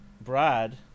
Brad